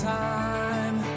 time